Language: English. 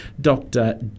Dr